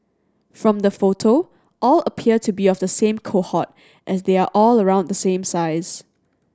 from the photo all appear to be of the same cohort as they are all around the same size